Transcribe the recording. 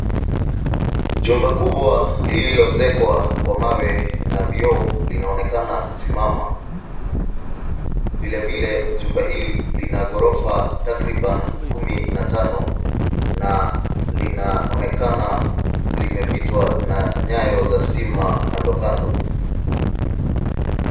Jumba kubwa lililoezekwa kwa mawe na vioo linaonekana kusimama. Vile vile jumba hili lina maghorofa takriban kumi na tano na linaonekana limepitwa na nyaya za stima kando kando.